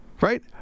right